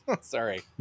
Sorry